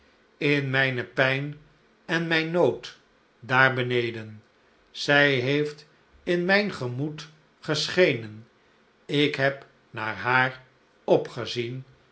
in mijne pijn en mijn nood daar beneden zij heeft in mijn gemoed geschenen ik heb naar haar opgezien